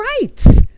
rights